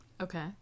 Okay